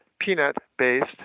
peanut-based